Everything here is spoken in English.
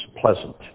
pleasant